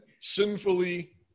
sinfully